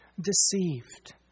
deceived